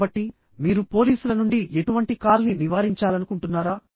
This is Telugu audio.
కాబట్టిమీరు పోలీసుల నుండి ఎటువంటి కాల్ని నివారించాలనుకుంటున్నారా